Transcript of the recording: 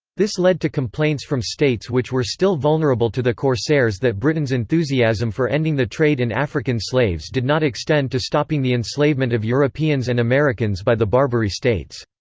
this led to complaints from states which were still vulnerable to the corsairs that britain's enthusiasm for ending the trade in african slaves did not extend to stopping the enslavement of europeans and americans by the barbary states.